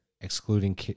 excluding